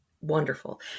Wonderful